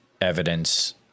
evidence